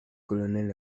colonel